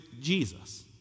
Jesus